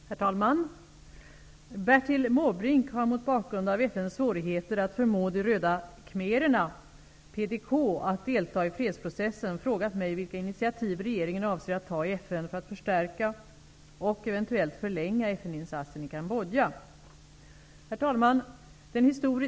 Herr talman! Bertil Måbrink har mot bakgrund av FN:s svårigheter att förmå de röda khmererna att delta i fredsprocessen frågat mig vilka initiativ regeringen avser att ta i FN för att förstärka och eventuellt förlänga FN-insatsen i Kambodja. Herr talman!